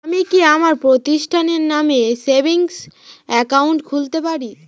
আমি কি আমার প্রতিষ্ঠানের নামে সেভিংস একাউন্ট খুলতে পারি?